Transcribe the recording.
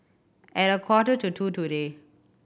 at a quarter to two today